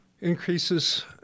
Increases